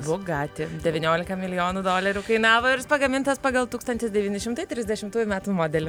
bugati devyniolika milijonų dolerių kainavo ir pagamintas pagal tūkstantis devyni šimtai trisdešimtųjų metų modelį